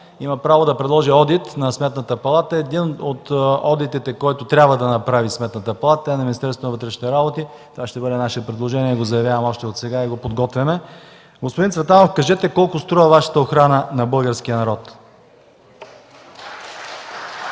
има право да възложи одит на Сметната палата. Един от одитите, който трябва да направи Сметната палата, е на Министерството на вътрешните работи. Това ще бъде наше предложение и го заявявам още отсега. Подготвяме го. Господин Цветанов, кажете колко струва Вашата охрана на българския народ!